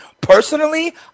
personally